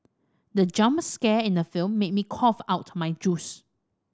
the jump scare in the film made me cough out my juice